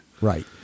right